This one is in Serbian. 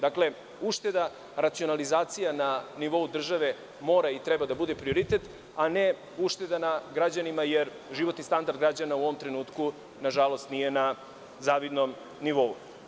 Dakle, ušteda, racionalizacija na nivou države mora i treba da bude prioritet, a ne ušteda na građanima, jer životni standard građana u ovom trenutku, nažalost, nije na zavidnom nivou.